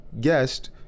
guest